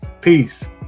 Peace